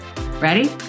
Ready